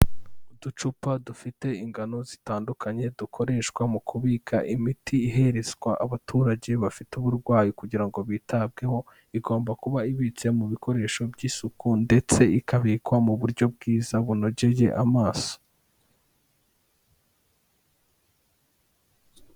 Uducupa dufite ingano zitandukanye dukoreshwa mu kubika imiti iherezwa abaturage bafite uburwayi kugira ngo bitabweho, igomba kuba ibitse mu bikoresho by'isuku ndetse ikabikwa mu buryo bwiza bunogeye amaso.